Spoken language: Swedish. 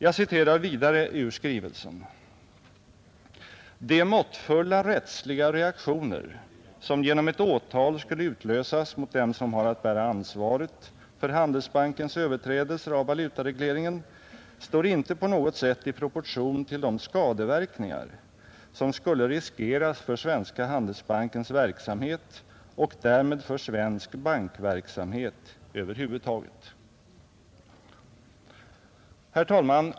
Jag citerar vidare ur skrivelsen: ”De måttfulla rättsliga reaktioner som genom ett åtal skulle utlösas mot dem som har att bära ansvaret för Handelsbankens överträdelser av valutaregleringen står inte på något sätt i proportion till de skadeverkningar som skulle riskeras för Svenska handelsbankens verksamhet och därmed för svensk bankverksamhet över huvud taget.” Herr talman!